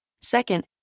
Second